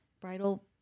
Bridal